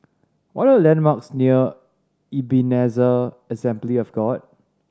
what are the landmarks near Ebenezer Assembly of God